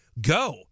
go